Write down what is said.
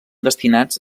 destinats